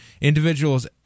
individuals